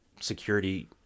security